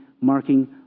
marking